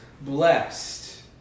blessed